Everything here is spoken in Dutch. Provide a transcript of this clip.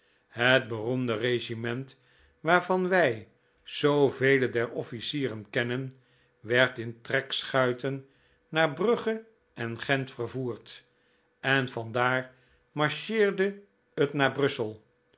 het beroemde regiment waarvan wij zoo vele der offlcieren kennen werd in trekschuiten naar brugge en gent vervoerd en vandaar marcheerde het naar brussel